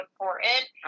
important